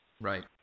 Right